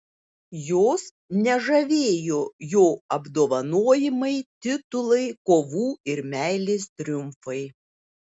jos nežavėjo jo apdovanojimai titulai kovų ir meilės triumfai